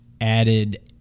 added